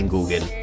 Google